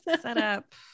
setup